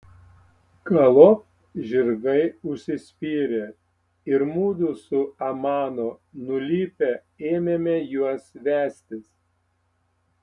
galop žirgai užsispyrė ir mudu su amano nulipę ėmėme juos vestis